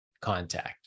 contact